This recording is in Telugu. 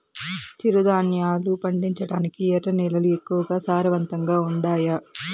చిరుధాన్యాలు పండించటానికి ఎర్ర నేలలు ఎక్కువగా సారవంతంగా ఉండాయా